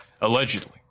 allegedly